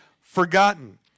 forgotten